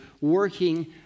working